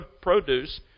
produce